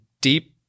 deep